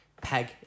Peg